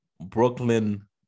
Brooklyn